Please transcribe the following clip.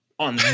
On